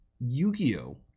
Yu-Gi-Oh